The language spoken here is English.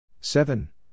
Seven